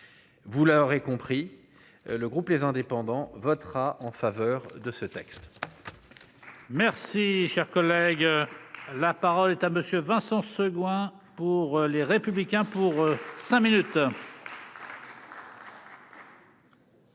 vous avez aurez compris le groupe les indépendants votera en faveur de ce texte. Merci, cher collègue, la. Parole est à monsieur Vincent pour les républicains pour 5 minutes.